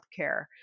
healthcare